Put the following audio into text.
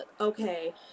okay